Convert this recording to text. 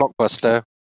blockbuster